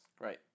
Right